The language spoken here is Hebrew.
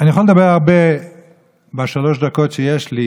אני יכול לדבר הרבה בשלוש הדקות שיש לי